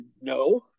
No